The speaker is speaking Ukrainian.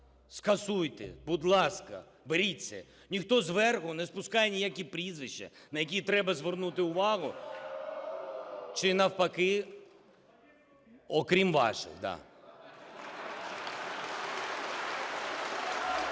скасуйте. Будь ласка, беріть це. Ніхто зверху не спускає ніякі прізвища, на які треба звернути увагу чи навпаки… (Шум у